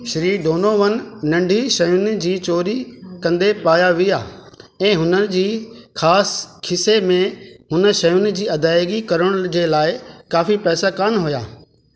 Shri Donovan नंढी शयुनि जी चोरी कंदे पाया विया ऐं हुननि जे ख़ासि खीसे में हुन शयुनि जी अदायगी करण जे लाइ काफ़ी पैसा कोन्ह हुया